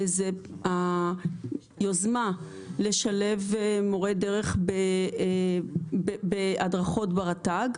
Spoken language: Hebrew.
זה היוזמה לשלב מורי דרך בהדרכות ברשות הטבע והגנים.